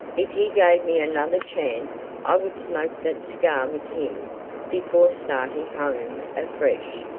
if he gave me another chance i would smoke that cigar with him before starting home afresh,